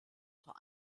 zur